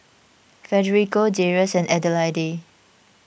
Federico Darrius and Adelaide